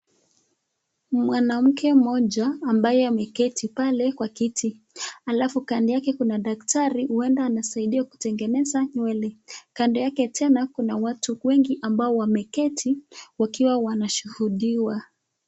Mwanamke mmoja ambaye ameketi pale kwa kiti. Alafu kando yake kuna daktari huenda anamtengeneza nywele. Kando yake kuna watu wengi ambao wameketi wakiwa wanashuhudiwa.